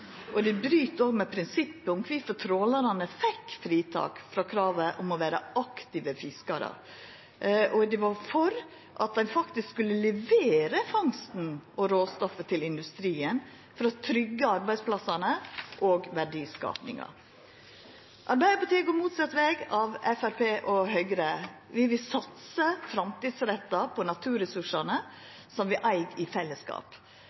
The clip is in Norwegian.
og det bryt òg med prinsippet at trålarane fekk fritak frå kravet om å vera aktive fiskarar. Og dei var for at ein faktisk skulle levera fangsten og råstoffet til industrien for å tryggja arbeidsplassane og verdiskapinga. Arbeidarpartiet går motsett veg av Framstegspartiet og Høgre. Vi vil satsa framtidsretta på naturressursane, som vi eig i fellesskap.